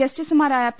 ജസ്റ്റിസുമാരായ പി